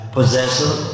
Possessor